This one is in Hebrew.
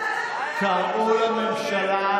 קראו לממשלה,